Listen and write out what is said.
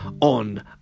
on